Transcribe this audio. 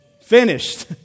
finished